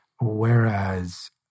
Whereas